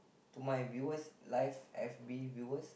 to my viewers live viewers